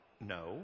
no